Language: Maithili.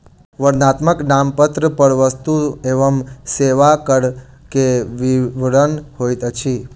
वर्णनात्मक नामपत्र पर वस्तु एवं सेवा कर के विवरण होइत अछि